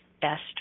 best